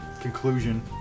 conclusion